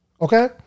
Okay